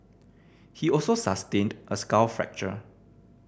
he also sustained a skull fracture